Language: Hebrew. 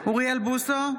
אינו נוכח אוריאל בוסו,